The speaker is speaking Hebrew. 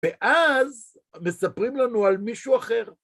ואז מספרים לנו על מישהו אחר.